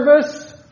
Service